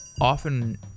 often